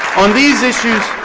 on these issues,